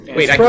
Wait